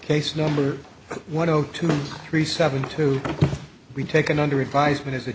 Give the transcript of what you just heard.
case number one zero two three seven to be taken under advisement as it